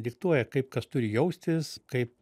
diktuoja kaip kas turi jaustis kaip